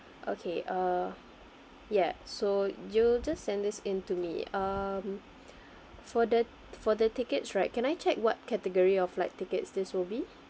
okay uh ya so you'll just send this into me um for the for the tickets right can I check what category of flight tickets this will be